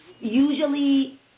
usually